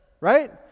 Right